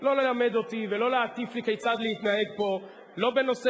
לא ללמד אותי ולא להטיף לי כיצד להתנהג פה לא בנושא